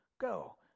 Go